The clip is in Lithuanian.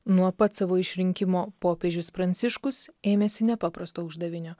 nuo pat savo išrinkimo popiežius pranciškus ėmėsi nepaprasto uždavinio